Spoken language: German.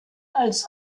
als